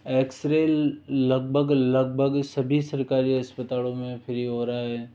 x ray लगभग लगभग सभी सरकारी अस्पतालों में फ्री हो रहा है